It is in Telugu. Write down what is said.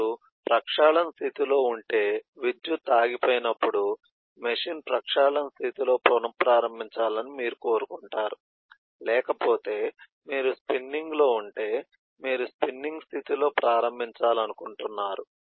మీరు ప్రక్షాళన స్థితిలో ఉంటే విద్యుత్తు ఆగిపోయినప్పుడు మెషీన్ ప్రక్షాళన స్థితిలో పునఃప్రారంభించాలని మీరు కోరుకుంటారు లేకపోతే మీరు స్పిన్నింగ్లో ఉంటే మీరు స్పిన్నింగ్ స్థితిలో ప్రారంభించాలనుకుంటున్నారు